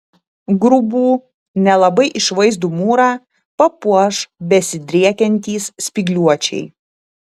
grubų nelabai išvaizdų mūrą papuoš besidriekiantys spygliuočiai